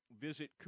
Visit